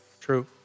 True